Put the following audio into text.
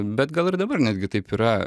bet gal ir dabar netgi taip yra